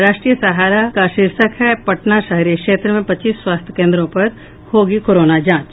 राष्ट्रीय सहारा का शीर्षक है पटना शहरी क्षेत्र में पच्चीस स्वास्थ्य केंद्रों पर होगी कोरोना जांच